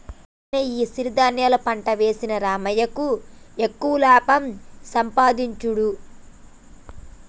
వూదలు అనే ఈ సిరి ధాన్యం పంట వేసిన రామయ్యకు ఎక్కువ లాభం సంపాదించుడు